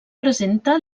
presenta